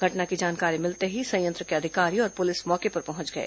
घटना की जानकारी मिलते ही संयंत्र के अधिकारी और पुलिस मौके पर पहुंए गए